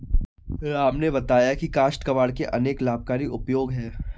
राम ने बताया की काष्ठ कबाड़ के अनेक लाभकारी उपयोग हैं